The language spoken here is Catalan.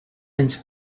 anys